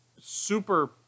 super